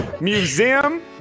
museum